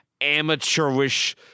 Amateurish